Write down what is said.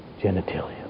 genitalia